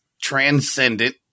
transcendent